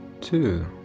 two